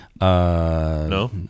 No